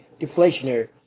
deflationary